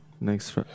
next